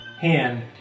hand